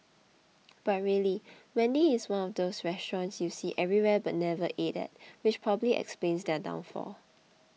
but really Wendy's is one of those restaurants you see everywhere but never ate at which probably explains their downfall